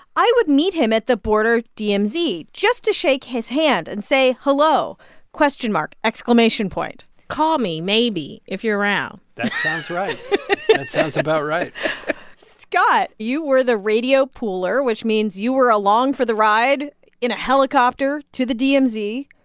i would meet him at the border dmz just to shake his hand and say hello question mark, exclamation point call me maybe if you're around that right. that sounds about right scott, you were the radio pooler, which means you were along for the ride in a helicopter to the dmz.